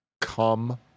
come